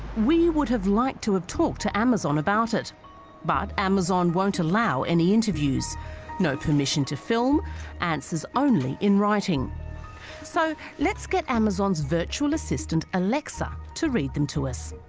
we would have liked to have talked to amazon about it but amazon won't allow any interviews no permission to film answers only in writing so let's get amazon's virtual assistant alexa to read them to us